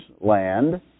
land